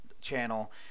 channel